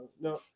no